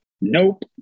Nope